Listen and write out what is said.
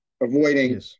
avoiding